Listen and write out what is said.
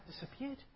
disappeared